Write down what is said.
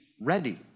ready